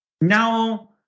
now